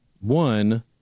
one